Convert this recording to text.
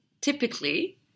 typically